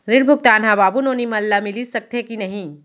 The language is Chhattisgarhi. ऋण भुगतान ह बाबू नोनी मन ला मिलिस सकथे की नहीं?